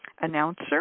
announcer